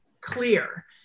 clear